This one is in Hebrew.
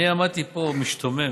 אני עמדתי פה משתומם,